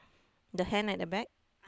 the hand at the back